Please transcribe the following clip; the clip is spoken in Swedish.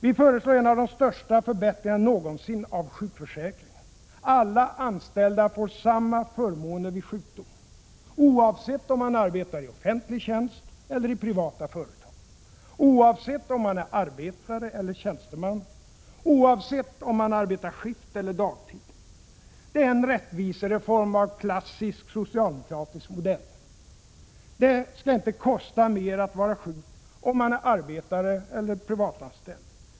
Vi föreslår en av de största förbättringarna någonsin av sjukförsäkringen. Alla anställda får samma förmåner vid sjukdom - oavsett om man arbetar i offentlig tjänst eller i privata företag, = Oavsett om man är arbetare eller tjänsteman, = oavsett om man arbetar skift eller dagtid. Det är en rättvisereform av klassisk socialdemokratisk modell. Det skall inte kosta mer att vara sjuk om man är arbetare eller privatanställd.